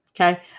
okay